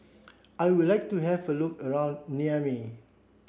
I would like to have a look around Niamey